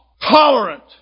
tolerant